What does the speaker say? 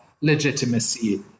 legitimacy